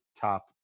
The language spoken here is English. top